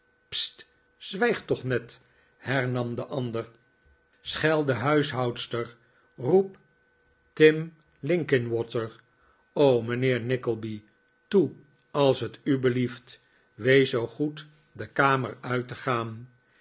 zwijg toch ned hernam de ander schel de huishoudster roep tim linkinwater och mijnheer nickleby toe als t u belieft wees zoo goed de kamer uit te gaan